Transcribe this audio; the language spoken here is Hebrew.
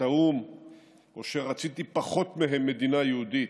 האו"ם או שרציתי פחות מהם מדינה יהודית,